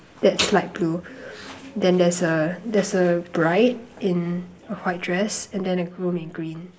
that's light blue then there's a there's a bride in a white dress and then a groom in green